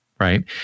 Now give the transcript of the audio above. right